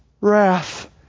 wrath